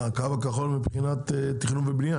מה, הקו הכחול מבחינת תכנון ובנייה?